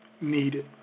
needed